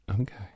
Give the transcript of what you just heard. Okay